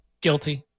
Guilty